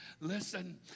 listen